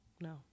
no